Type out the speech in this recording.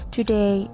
Today